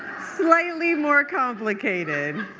slightly more complicated,